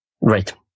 right